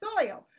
soil